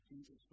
Jesus